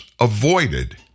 avoided